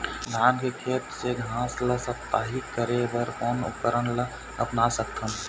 धान के खेत ले घास ला साप्ताहिक करे बर कोन उपकरण ला अपना सकथन?